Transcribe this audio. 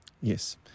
Yes